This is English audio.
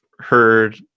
Heard